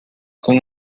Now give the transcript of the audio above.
con